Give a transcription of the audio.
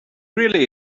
really